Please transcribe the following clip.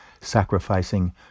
sacrificing